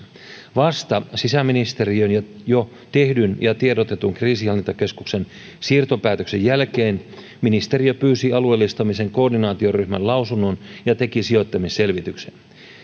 vasta sisäministeriön jo tehdyn ja tiedotetun kriisinhallintakeskuksen siirtopäätöksen jälkeen ministeriö pyysi alueellistamisen koordinaatioryhmän lausunnon ja teki sijoittamisselvityksen